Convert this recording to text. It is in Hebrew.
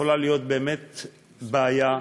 יכולה להיות באמת בעיה,